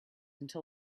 until